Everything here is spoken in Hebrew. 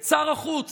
את שר החוץ